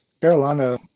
Carolina